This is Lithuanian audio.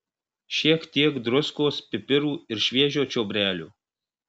šiek tiek druskos pipirų ir šviežio čiobrelio